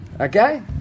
Okay